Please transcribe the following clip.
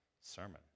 sermon